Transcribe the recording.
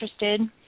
interested